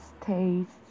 tastes